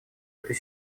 этой